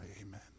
amen